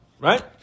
right